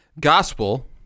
Gospel